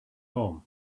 home